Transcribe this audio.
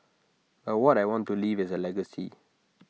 but what I want to leave is A legacy